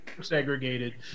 Segregated